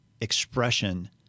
expression